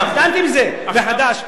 הצעתי את זה מחדש.